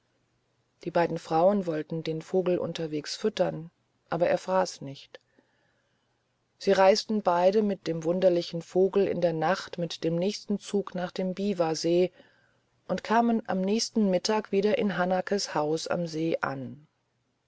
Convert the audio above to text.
die beiden frauen wollten den vogel unterwegs füttern aber er fraß nicht sie reisten beide mit dem wunderlichen vogel in der nacht mit dem nächsten zug nach dem biwasee und kamen am nächsten mittag wieder in hanakes haus am see an